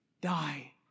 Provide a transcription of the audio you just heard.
die